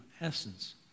essence